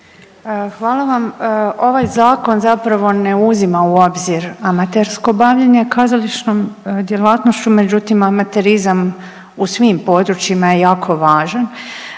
Hvala vam. Ovaj zakon zapravo ne uzima u obzir amatersko bavljenje kazališnom djelatnošću, međutim amaterizam u svim područjima je jako važan